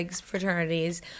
fraternities